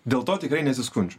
dėl to tikrai nesiskundžiu